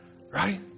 Right